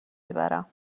میبرم